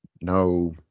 no